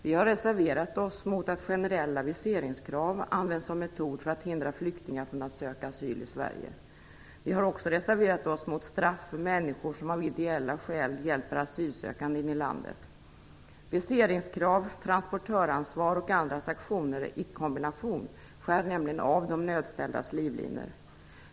Vi har reserverat oss mot att generella viseringskrav används som metod för att hindra flyktingar från att söka asyl i Sverige. Vi har också reserverat oss mot straff för människor som av ideella skäl hjälper asylsökande in i landet. Viseringskrav, transportöransvar och andra sanktioner i kombination skär nämligen av de nödställdas livlinor.